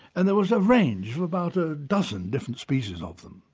and there was a range of about a dozen different species of them.